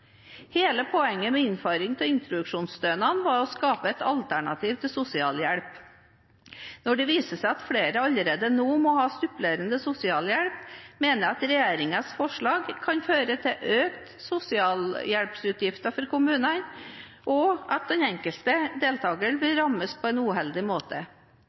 Hele poenget med innføring av introduksjonsstønaden var å skape et alternativ til sosialhjelp. Når det viser seg at flere allerede nå må ha supplerende sosialhjelp, mener jeg at regjeringens forslag kan føre til økte sosialhjelpsutgifter for kommunene, og at den enkelte deltaker blir rammet på en uheldig måte.